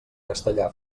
castellà